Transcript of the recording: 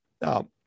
Now